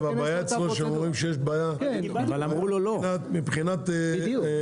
הבעיה אצלו היא שהם אומרים שיש בעיה מבחינת הטבע,